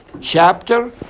chapter